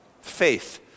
faith